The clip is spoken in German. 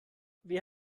wer